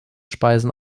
speisen